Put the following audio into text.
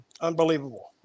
unbelievable